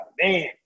man